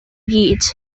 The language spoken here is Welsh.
gyd